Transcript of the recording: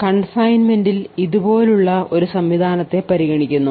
Confinement ൽ ഇതുപോലുള്ള ഒരു സംവിധാനത്തെ പരിഗണിച്ചിരുന്നു